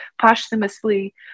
posthumously